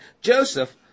Joseph